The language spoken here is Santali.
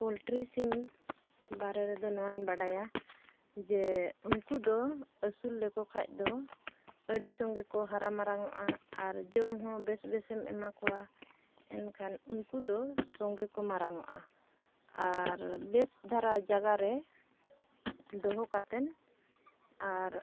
ᱯᱚᱞᱴᱨᱤ ᱥᱤᱢ ᱵᱟᱨᱮ ᱨᱮᱫᱚ ᱱᱚᱣᱟᱧ ᱵᱟᱰᱟᱭᱟ ᱡᱮ ᱩᱱᱠᱩ ᱫᱚ ᱟᱹᱥᱩᱞ ᱞᱮᱠᱚ ᱠᱷᱟᱡ ᱫᱚ ᱟᱹᱰᱤ ᱥᱚᱸᱜᱮ ᱠᱚ ᱦᱟᱨᱟ ᱢᱟᱨᱟᱝᱚᱜᱼᱟ ᱟᱨ ᱡᱚᱢ ᱦᱚᱸ ᱵᱮᱹᱥ ᱵᱮᱹᱥᱮᱢ ᱮᱢᱟ ᱠᱚᱣᱟ ᱮᱱᱠᱷᱟᱱ ᱩᱱᱠᱩ ᱫᱚ ᱥᱚᱸᱜᱮ ᱠᱚ ᱢᱟᱨᱟᱝᱚᱜᱼᱟ ᱟᱨ ᱵᱮᱹᱥ ᱫᱷᱟᱨᱟ ᱡᱟᱜᱟ ᱨᱮ ᱫᱚᱦᱚ ᱠᱟᱛᱮᱱ ᱟᱨ